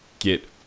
get